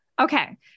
Okay